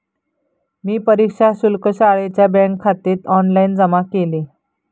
मी परीक्षा शुल्क शाळेच्या बँकखात्यात ऑनलाइन जमा केले